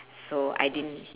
so I didn't